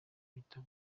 bahita